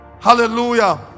Hallelujah